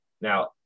now